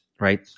right